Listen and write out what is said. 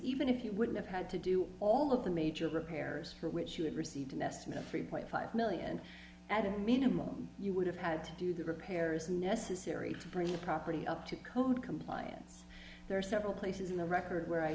even if you wouldn't have had to do all of the major repairs for which you had received an estimated three point five million at a minimum you would have had to do the repairs necessary to bring the property up to code compliance there are several places in the record where i